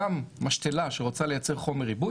גם משתלה שרוצה לייצר חומר ריבוי,